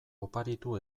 oparitu